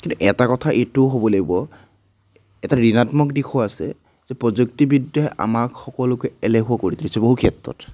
কিন্তু এটা কথা এইটোও হ'ব লাগিব এটা ঋণাত্মক দিশো আছে যে প্ৰযুক্তিবিদ্যাই আমাক সকলোকে এলেহুৱা কৰি তুলিছে বহু ক্ষেত্ৰত